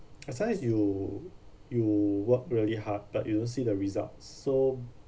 as long as you you work really hard but you don't see the results so